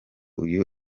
uyu